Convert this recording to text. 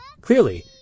Clearly